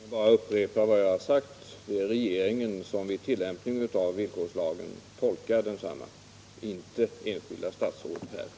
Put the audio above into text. Herr talman! Låt mig bara upprepa vad jag har sagt: Det är regeringen som vid tillämpningen av villkorslagen tolkar densamma — inte enskilda statsråd.